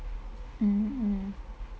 mm mm